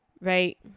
right